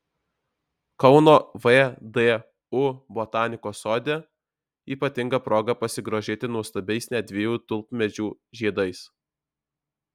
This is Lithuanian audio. kauno vdu botanikos sode ypatinga proga pasigrožėti nuostabiais net dviejų tulpmedžių žiedais